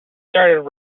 started